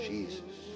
Jesus